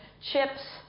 chips